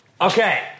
Okay